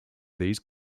these